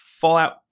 Fallout